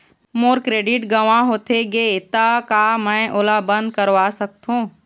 मोर credit गंवा होथे गे ता का मैं ओला बंद करवा सकथों?